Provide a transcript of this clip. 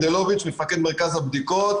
מפקד מרכז הבדיקות.